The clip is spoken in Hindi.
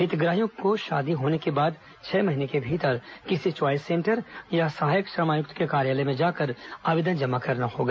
हितग्राहियों को शादी होने के बाद छह महीने के भीतर किसी च्वाइस सेंटर या सहायक श्रमायुक्त के कार्यालय में जाकर आवेदन जमा करना होगा